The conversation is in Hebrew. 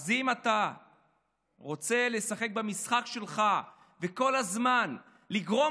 אז אם אתה רוצה לשחק במשחק שלך וכל הזמן לגרום